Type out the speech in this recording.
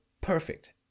perfect